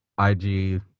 IG